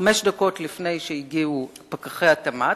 חמש דקות לפני שהגיעו פקחי התמ"ת,